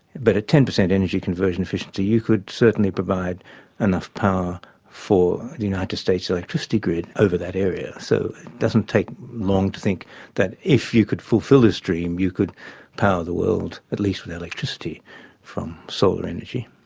but at ten percent energy conversion efficiency you could certainly provide enough power for the united states electricity grid over that area. so it doesn't take long to think that if you could fulfil this dream you could power the world, at least with electricity from solar energy.